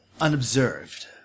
unobserved